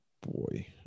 Boy